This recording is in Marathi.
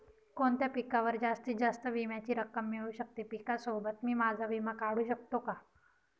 कोणत्या पिकावर जास्तीत जास्त विम्याची रक्कम मिळू शकते? पिकासोबत मी माझा विमा काढू शकतो का?